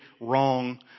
wrong